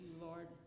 Lord